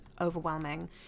overwhelming